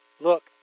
look